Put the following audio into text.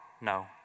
no